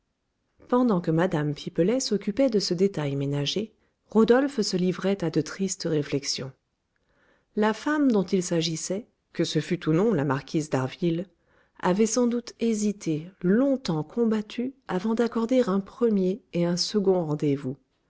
pendant que mme pipelet s'occupait de ce détail ménager rodolphe se livrait à de tristes réflexions la femme dont il s'agissait que ce fût ou non la marquise d'harville avait sans doute hésité longtemps combattu avant d'accorder un premier et un second rendez-vous